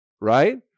right